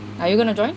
are you gonna join